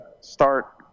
start